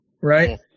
right